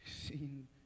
seen